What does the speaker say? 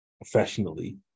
professionally